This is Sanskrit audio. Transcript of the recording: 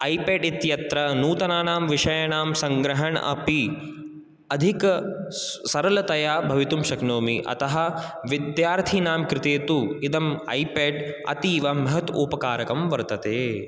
ऐ पेड् इत्यत्र नूतनानां विषयाणां संग्रहणम् अपि अधिक सरलतया भवितुं शक्नोमि अतः विद्यार्थीनां कृते तु इदं ऐ पेड् अतीव महत् उपकारकं वर्तते